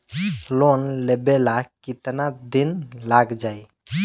Loan लेबे ला कितना दिन लाग जाई?